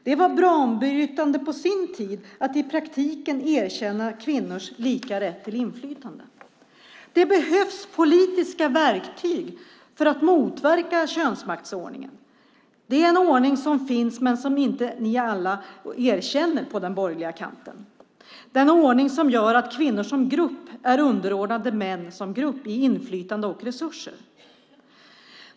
Det var banbrytande på sin tid att i praktiken erkänna kvinnors lika rätt till inflytande. Det behövs politiska verktyg för att motverka könsmaktsordningen. Det är en ordning som finns men som inte alla ni på den borgerliga kanten erkänner. Det är en ordning som gör att kvinnor som grupp är underordnade män som grupp i inflytande och resurser.